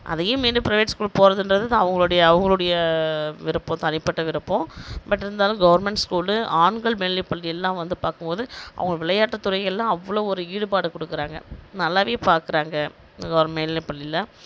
அதையும் மீண்டு private school போகிறதுன்றது அவங்களோடைய அவங்களுடைய விருப்பம் தனிப்பட்ட விருப்பம் பட் இருந்தாலும் கவர்ன்மெண்ட் ஸ்கூலு ஆண்கள் மேல்நிலை பள்ளியெல்லாம் வந்து பார்க்கும் போது அவங்க விளையாட்டு துறைகள்லாம் அவ்வளோ ஒரு ஈடுபாடு கொடுக்குறாங்க நல்லாவே பார்க்குறாங்க மேல்நிலை பள்ளியில்